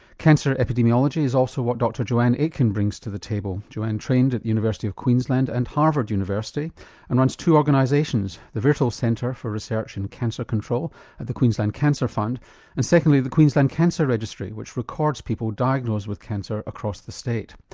cancer epidemiology is also what dr joanne aitken brings to the table. joanne trained at the university of queensland and harvard university and runs two organisations the viertel centre for research in cancer control at the queensland cancer fund and secondly the queensland cancer registry, which records people diagnosed with cancer across the state.